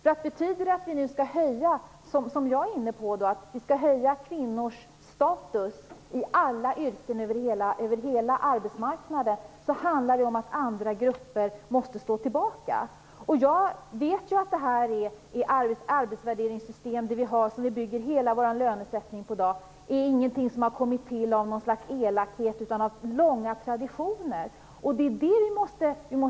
Om vi, som jag är inne på, skall höja kvinnors status i alla yrken över hela arbetsmarknaden, måste andra grupper stå tillbaka. Jag vet att det arbetsvärderingssystem som vi i dag bygger hela vår lönesättning på inte har kommit till av något slags elakhet utan har långa traditioner. Detta är den politik som vi måste föra.